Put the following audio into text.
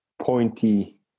pointy